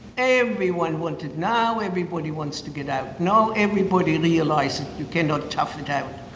everyone wanted, now everybody wants to get out. now everybody realized that you cannot tough it out.